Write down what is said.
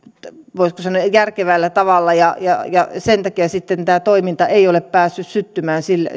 voisiko sanoa ei järkevällä tavalla ja ja sen takia sitten tämä toiminta ei ole päässyt syttymään